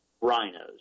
rhinos